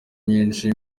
nyinshi